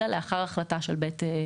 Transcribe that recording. אלא לאחר החלטה של בית הדין.